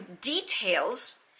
details